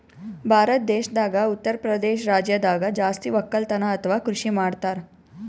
ಭಾರತ್ ದೇಶದಾಗ್ ಉತ್ತರಪ್ರದೇಶ್ ರಾಜ್ಯದಾಗ್ ಜಾಸ್ತಿ ವಕ್ಕಲತನ್ ಅಥವಾ ಕೃಷಿ ಮಾಡ್ತರ್